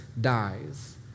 dies